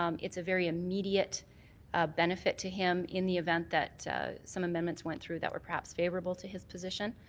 um it's a very immediate benefit to him in the event that some amendments went through that were perhaps favourable to his position.